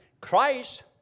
Christ